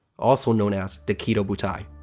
also known as the kido butai.